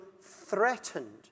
threatened